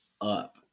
up